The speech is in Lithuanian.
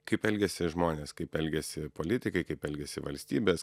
kaip elgiasi žmonės kaip elgiasi politikai kaip elgiasi valstybės